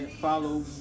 Follow